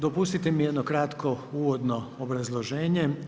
Dopustite mi jedno kratko uvodno obrazloženje.